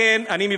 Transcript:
אני סיימתי.